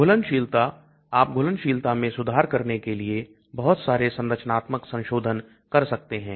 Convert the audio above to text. घुलनशीलता आप घुलनशीलता मैं सुधार करने के लिए बहुत सारे संरचनात्मक संशोधन कर सकते हैं